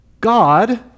God